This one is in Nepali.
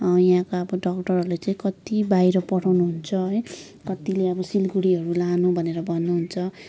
यहाँको अब डाक्टरहरूले चाहिँ कति बाहिर पठाउनुहुन्छ है कतिले अब सिलगढीहरू लानु भनेर भन्नुहुन्छ